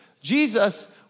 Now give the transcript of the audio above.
Jesus